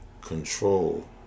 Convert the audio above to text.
control